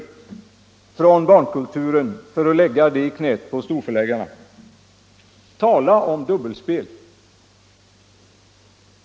från barnkulturen och lägga dem i knät på storförläggarna. Tala om dubbelspel!